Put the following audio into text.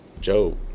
Joe